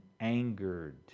angered